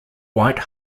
white